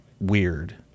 weird